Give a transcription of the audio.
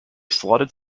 slotted